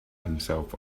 himself